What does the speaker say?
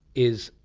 is,